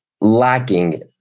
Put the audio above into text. lacking